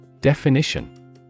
Definition